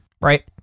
right